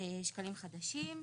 שקלים חדשים.